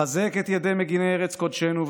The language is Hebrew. חזק את ידי מגיני ארץ קדשנו,